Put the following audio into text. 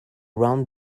round